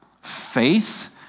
Faith